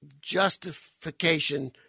justification